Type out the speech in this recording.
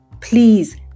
Please